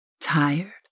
tired